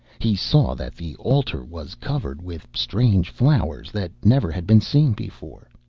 he saw that the altar was covered with strange flowers that never had been seen before.